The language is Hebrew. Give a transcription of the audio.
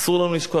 אסור לנו לשכוח.